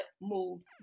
moves